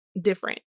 different